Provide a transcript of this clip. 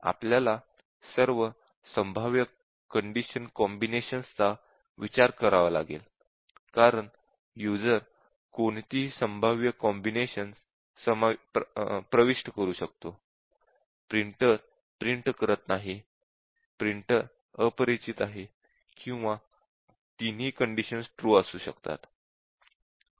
आपल्याला सर्व संभाव्य कंडिशन कॉम्बिनेशन्स चा विचार करावा लागेल कारण यूज़र कोणतीही संभाव्य कॉम्बिनेशन प्रविष्ट करू शकतो प्रिंटर प्रिंट करत नाही प्रिंटर अपरिचित आहे किंवा तिन्ही कंडिशन्स ट्रू असू शकतात